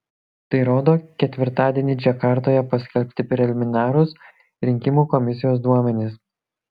tai rodo ketvirtadienį džakartoje paskelbti preliminarūs rinkimų komisijos duomenys